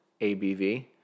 ABV